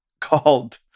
called